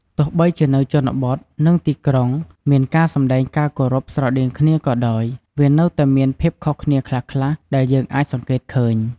ទោះបីជានៅជនបទ និងទីក្រុងមានការសម្តែងការគោរពស្រដៀងគ្នាក៏ដោយ វានៅតែមានភាពខុសគ្នាខ្លះៗ ដែលយើងអាចសង្កេតឃើញ។